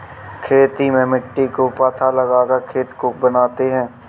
खेती में मिट्टी को पाथा लगाकर खेत को बनाते हैं?